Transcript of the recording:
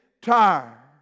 tired